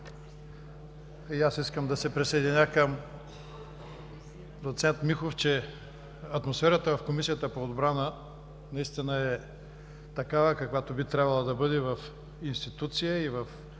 И аз искам да се присъединя към доц. Михов, че атмосферата в Комисията по отбрана наистина е такава, каквато би трябвало да бъде в институция и в